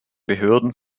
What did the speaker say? behörden